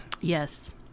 Yes